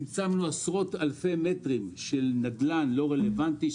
צמצמנו עשרות אלפי מטרים של נדל"ן לא רלוונטי,